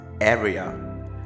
area